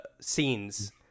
scenes